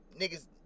niggas